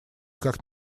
как